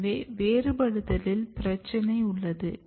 எனவே வேறுபடுத்தலில் பிரச்சனை உள்ளது